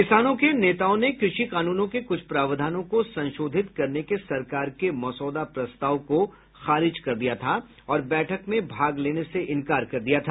किसानों के नेताओं ने कृषि कानूनों के कुछ प्रावधानों को संशोधित करने के सरकार के मसौदा प्रस्ताव को खारिज कर दिया था और बैठक में भाग लेने से इंकार कर दिया था